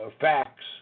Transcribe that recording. facts